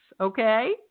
Okay